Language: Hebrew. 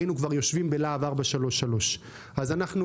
היינו כבר יושבים בלהב 433. אז אנחנו